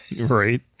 Right